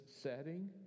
setting